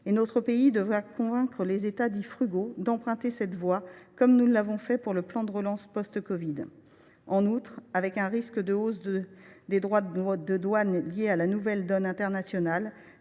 Notre pays devra convaincre les États dits frugaux d’emprunter cette voie, comme nous l’avons fait pour le plan de relance post covid. En outre, face au risque de hausse des droits de douane lié à la nouvelle donne internationale,